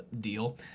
Deal